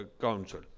Council